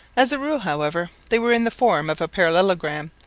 as a rule, however, they were in the form of a parallelogram,